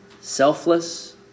Selfless